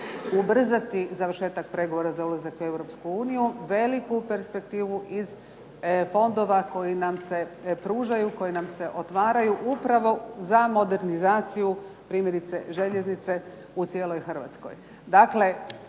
ubrzati završetak pregovora za ulazak u Europsku uniju, veliku perspektivu iz fondova koji nam se pružaju, koji nam se otvaraju upravo za modernizaciju primjerice željeznice u cijeloj Hrvatskoj.